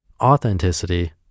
authenticity